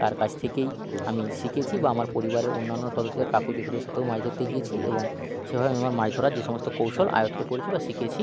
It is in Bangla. তার কাছ থেকেই আমি শিখেছি বা আমার পরিবার ও অন্যান্য সদস্যদের কাকু জেঠুদের সাথেও মাছ ধরতে ধরতে গিয়েছি এবং সেভাবে আমি আমার মাছ ধরার যে সমস্ত কৌশল আয়ত্ত করেছি বা শিখেছি